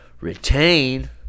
retain